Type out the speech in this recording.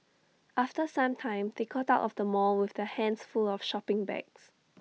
after some time they got out of the mall with their hands full of shopping bags